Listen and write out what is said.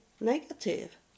negative